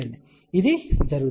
కాబట్టి ఇది జరిగింది